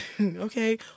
Okay